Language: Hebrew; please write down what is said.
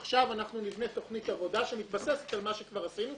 עכשיו אנחנו נבנה תוכנית עבודה שמתבססת על מה שכבר עשינו,